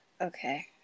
okay